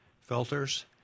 filters